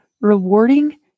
rewarding